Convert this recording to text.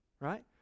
right